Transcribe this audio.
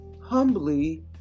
humbly